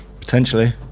Potentially